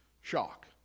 shock